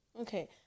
okay